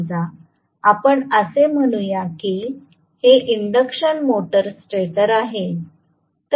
समजा आपण असे म्हणूया की हे इंडक्शन मोटर स्टेटर आहे